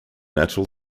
natural